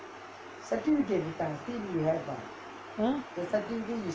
ah